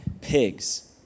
pigs